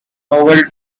novel